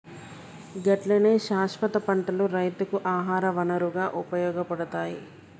గట్లనే శాస్వత పంటలు రైతుకు ఆహార వనరుగా ఉపయోగపడతాయి